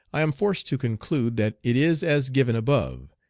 i am forced to conclude that it is as given above,